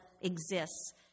exists